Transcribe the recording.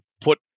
put